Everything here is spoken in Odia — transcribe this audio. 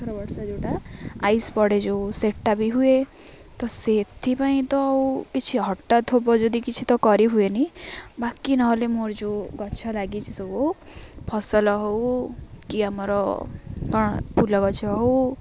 ଅର ବର୍ଷ ଯେଉଁଟା ଆଇସ୍ ପଡ଼େ ଯେଉଁ ସେଟା ବି ହୁଏ ତ ସେଥିପାଇଁ ତ ଆଉ କିଛି ହଠାତ୍ ଯଦି କିଛି ତ କରିହୁୁଏନି ବାକି ନହେଲେ ମୋର ଯେଉଁ ଗଛ ଲାଗିଛି ସବୁ ଫସଲ ହେଉ କି ଆମର କ'ଣ ଫୁଲ ଗଛ ହେଉ